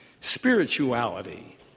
Spirituality